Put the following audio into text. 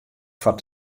foar